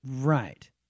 Right